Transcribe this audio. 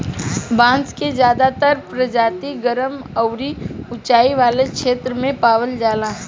बांस के ज्यादातर प्रजाति गरम अउरी उचाई वाला क्षेत्र में पावल जाला